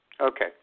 Okay